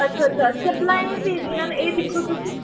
अच्छा अच्छा चप्पलां एह् बिकदियां न एह् दिक्खी तुस